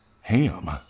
Ham